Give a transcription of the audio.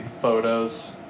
photos